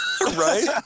Right